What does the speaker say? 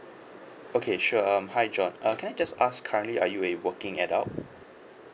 okay sure um hi john uh can I just ask currently are you a working adult